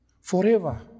forever